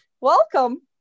Welcome